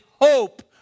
hope